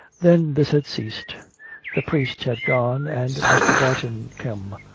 then this had ceased the priest had gone and mr. barton come,